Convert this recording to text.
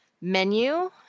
menu